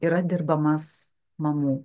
yra dirbamas mamų